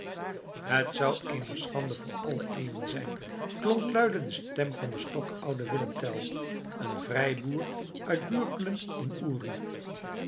het zou eene schande voor alle eeuwen zijn klonk luide de stem van den stokouden willem tell een vrijboer uit bürglen in